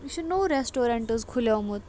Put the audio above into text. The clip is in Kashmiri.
یہِ چھُ نوٚو ریسٹورینٛٹ حظ کُھلِیومُت